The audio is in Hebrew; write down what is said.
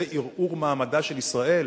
זה ערעור מעמדה של ישראל?